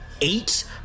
eight